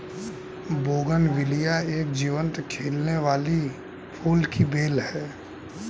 bougainvillea एक जीवंत खिलने वाली फूल की बेल है